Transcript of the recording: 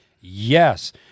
Yes